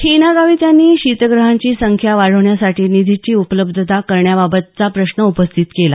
हिना गावीत यांनी शीतग्रहांची संख्या वाढवण्यासाठी निधीची उपलब्धता करण्याबाबत प्रश्न उपस्थित केला